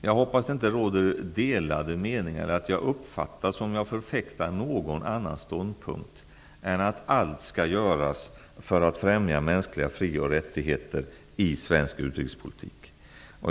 Jag hoppas att jag inte uppfattas som att jag förfäktar någon annan ståndpunkt än att allt skall göras för att främja mänskliga fri och rättigheter i svensk utrikespolitik.